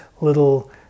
little